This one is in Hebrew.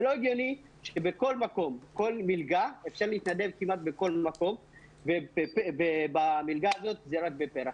לא הגיוני שבכל מלגה אפשר להתנדב כמעט בכל מקום ובמלגה הזו רק בפר"ח.